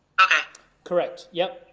correct, yep.